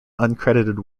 uncredited